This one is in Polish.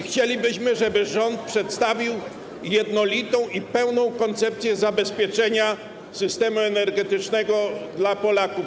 Chcielibyśmy, żeby rząd przedstawił jednolitą i pełną koncepcję zabezpieczenia systemu energetycznego dla Polaków.